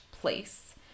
place